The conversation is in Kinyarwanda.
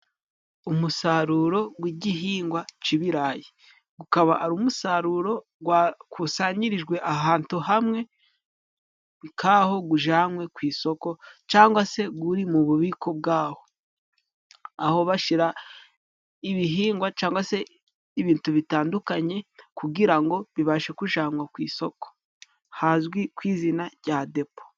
Umusaruro gw'igihingwa c'ibirayi Gukaba ari umusaruro gwakusanyirijwe ahatu hamwe nk'aho gujanywe ku isoko cangwa se guri mu bubiko bwawo, aho bashira ibihingwa cangwa se ibitu bitandukanye kugira ngo bibashe kujanwa ku isoko. Hazwi ku izina rya depo.